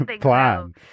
plan